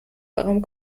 darum